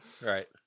Right